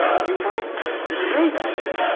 ah you might be great at it.